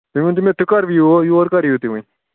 تُہۍ ؤنۍتو مےٚ تُہۍ کر یِیِو یور کر یِیِو تُہۍ وۄنۍ